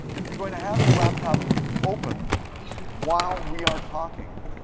if you're gonna have your laptop open while we are talking,